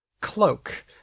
cloak